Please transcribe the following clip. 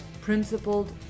principled